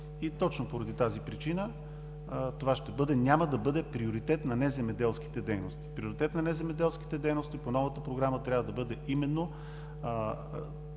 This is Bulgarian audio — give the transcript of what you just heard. Точно поради тази причина това няма да бъде приоритет на неземеделските дейности. Приоритет на неземеделските дейности по новата програма трябва да бъде